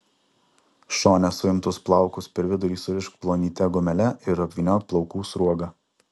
šone suimtus plaukus per vidurį surišk plonyte gumele ir apvyniok plaukų sruoga